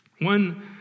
one